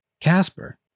casper